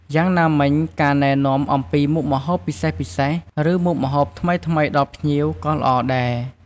យ៉ាងណាមិញការណែនាំអំពីមុខម្ហូបពិសេសៗ ឬមុខម្ហូបថ្មីៗដល់ភ្ញៀវក៏ល្អដែរ។